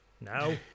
Now